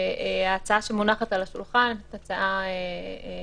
ההצעה שמונחת על השולחן זו הצעה ממשלתית,